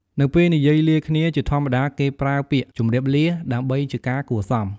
នៅពេលនិយាយលាគ្នាជាធម្មតាគេប្រើពាក្យ "ជំរាបលា" ដើម្បីជាការគួរសម។